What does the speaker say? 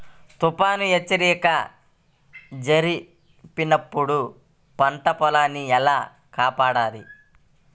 తుఫాను హెచ్చరిక జరిపినప్పుడు పంట పొలాన్ని ఎలా కాపాడాలి?